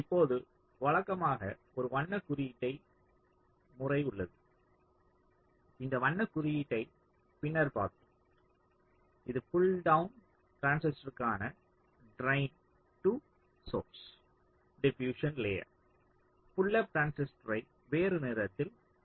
இப்போது வழக்கமாக ஒரு வண்ண குறியீட்டு முறை உள்ளது இந்த வண்ண குறியீட்டைப் பின்னர் பார்ப்போம் இது புள் டவுன் டிரான்சிஸ்டருக்கான drain to source diffusion layer pull up டிரான்சிஸ்டரை வேறு நிறத்தில் காண்பிப்போம்